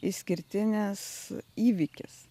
išskirtinis įvykis